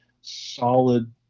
solid